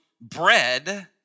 bread